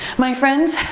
my friends,